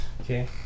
Okay